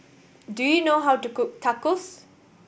do you know how to cook Tacos